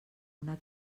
una